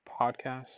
podcast